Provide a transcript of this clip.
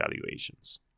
valuations